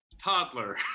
Toddler